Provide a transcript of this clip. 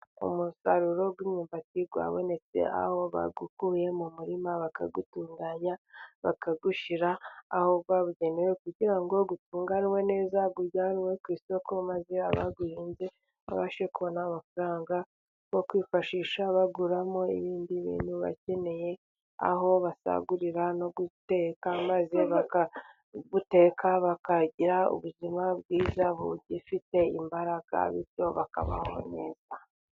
Umusaruro w'imyumbati wabonetse aho bawukuye mu murima, bakawutunganya, bakawushyira aho wabugenewe, kugira ngo utunganwe neza, ujyanwe ku isoko, maze abawuhinze babashe kubona amafaranga, yo kwifashisha baguramo ibindi bintu bakeneye, aho basagurira no guteka, maze bakawuteka bakagira ubuzima bwiza, bugifite imbaraga bityo bakabaho neza.